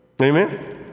Amen